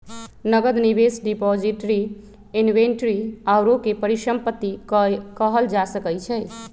नकद, निवेश, depository, inventory आउरो के परिसंपत्ति कहल जा सकइ छइ